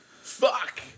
Fuck